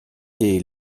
est